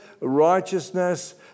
righteousness